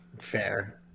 Fair